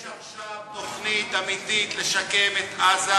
יש עכשיו תוכנית אמיתית לשקם את עזה,